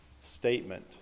statement